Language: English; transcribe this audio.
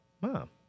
mom